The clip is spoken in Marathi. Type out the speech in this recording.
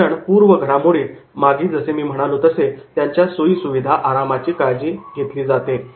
प्रशिक्षण पूर्व घडामोडीत जसे मागे मी म्हणालो तसे त्यांच्या सोयीसुविधा आरामाची काळजी घेतली जाते